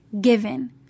given